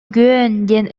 диэн